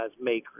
makers